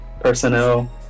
personnel